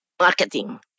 marketing